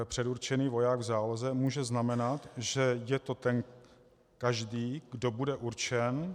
Předurčený voják v záloze může znamenat, že je to ten každý, kdo bude určen.